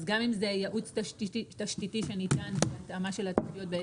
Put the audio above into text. אז גם אם זה ייעוץ תשתיתי שניתן בהתאמה של התשתיות,